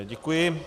Děkuji.